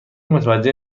متوجه